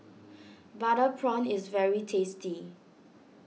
Butter Prawn is very tasty